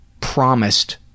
promised